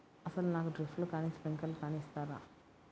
అసలు నాకు డ్రిప్లు కానీ స్ప్రింక్లర్ కానీ ఇస్తారా?